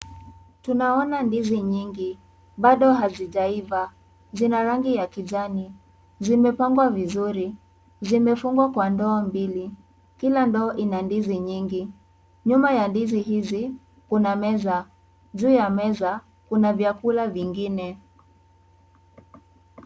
Tunaona ndizi nyingi, bado hazijaiva, zina rangi ya kijani, zimepangwa vizuri, zimefungwa kwa ndoo mbili, kila ndoo ina ndizi nyingi, nyuma ya ndizi hizi, kuna meza, juu ya meza kuna vyakula vingine.